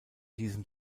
diesem